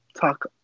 talk